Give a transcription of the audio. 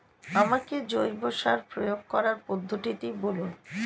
আমাকে জৈব সার প্রয়োগ করার পদ্ধতিটি বলুন?